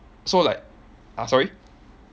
so like uh sorry